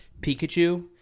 Pikachu